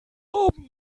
haben